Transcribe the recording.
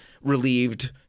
relieved